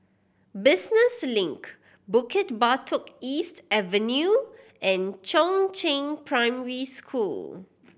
Business Link Bukit Batok East Avenue and Chongzheng Primary School